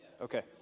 okay